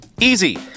Easy